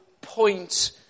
point